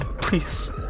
please